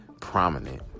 prominent